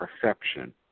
perception